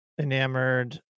enamored